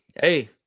Hey